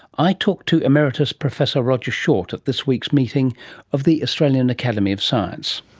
i talked to emeritus professor roger short at this week's meeting of the australian academy of science.